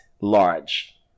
large